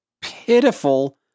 pitiful